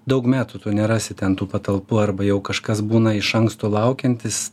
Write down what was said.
daug metų tu nerasi ten tų patalpų arba jau kažkas būna iš anksto laukiantis